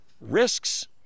risks